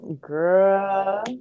Girl